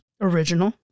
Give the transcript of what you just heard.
original